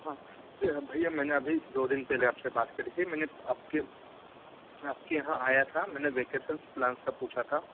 हाँ भैया मैंने अभी दो दिन पहले आप से बात करी थी मैने आपके मैं आपके यहाँ आया था मैने वैकेसन्स प्लान्स का पूछा था